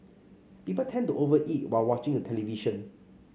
people tend to over eat while watching the television